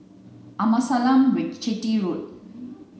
Amasalam Chetty Road